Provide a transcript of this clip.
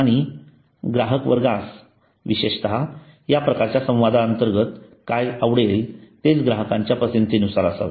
आणि ग्राहक वर्गास विशेषतः या प्रकारच्या संवादाअंर्तगत काय आवडेल तेच ग्राहकांच्या पसंती नुसार असावे